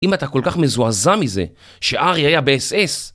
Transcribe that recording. אם אתה כל כך מזועזע מזה שארי היה באס-אס